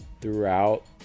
throughout